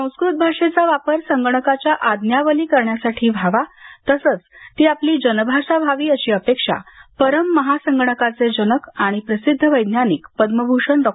संस्कृत भाषेचा वापर संगणकाच्या आज्ञावली करण्यासाठी व्हावा तसंच ती आपली जनभाषा व्हावी अशी अपेक्षा परम महासंगणकाचे जनक आणि प्रसिद्ध वैज्ञानिक पद्मभूषण डॉ